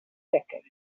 jacket